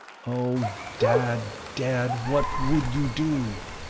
oh, dad, dad, what would you do?